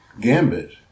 gambit